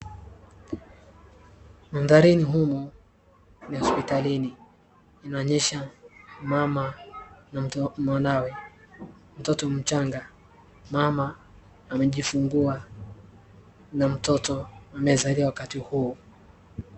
Mandharini humu ni hosiptalini, inaonyesha mama na mwanawe mtoto mchanga. Mama amejifungua na mtoto amezaliwa wakati huu.